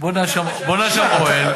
בונה שם אוהל,